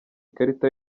ikarita